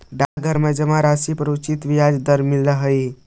डाकघर में जमा राशि पर उचित ब्याज दर भी मिलऽ हइ